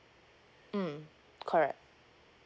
mm correct